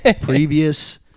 previous